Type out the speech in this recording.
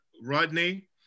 Rodney